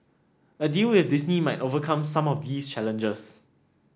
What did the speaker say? a deal with Disney might overcome some of these challenges